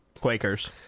Quakers